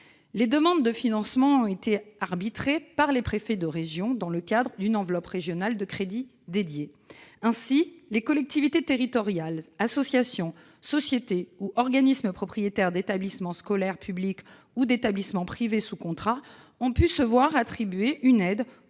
Les demandes de financement ont été arbitrées par les préfets de région, dans le cadre d'une enveloppe régionale de crédits dédiée. Ainsi, les collectivités territoriales, associations, sociétés ou organismes propriétaires d'établissements scolaires publics ou d'établissements privés sous contrat ont pu se voir attribuer une aide